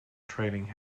trailing